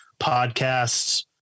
podcasts